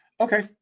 Okay